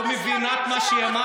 את לא מבינה את מה שאמרתי.